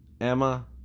Emma